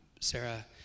Sarah